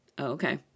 okay